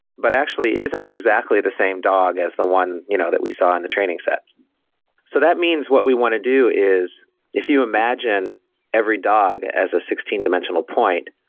but actually isn't exactly the same dog as the one you know that we saw in the training set so that means, what we want to do is if you imagine every dog as a sixteen dimensional point,